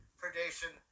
predation